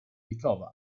ritrova